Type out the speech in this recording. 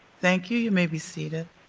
thank you, you may be seated.